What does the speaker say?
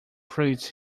praised